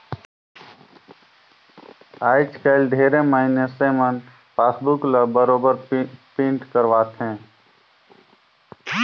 आयज कायल ढेरे मइनसे मन पासबुक ल बरोबर पिंट करवाथे